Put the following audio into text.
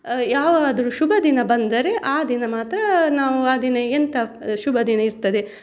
ಯಾವಾಗಾದರು ಶುಭದಿನ ಬಂದರೆ ಆ ದಿನ ಮಾತ್ರ ನಾವು ಆ ದಿನ ಎಂತ ಶುಭದಿನ ಇರ್ತದೆ